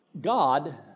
God